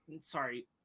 sorry